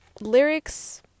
lyrics